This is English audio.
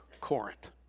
Corinth